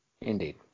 Indeed